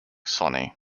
sonny